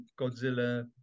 Godzilla